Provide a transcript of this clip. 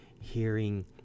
hearing